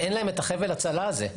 אבל אין להם את חבל ההצלה הזה.